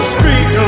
Street